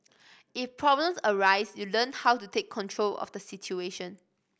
if problems arise you learn how to take control of the situation